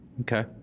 Okay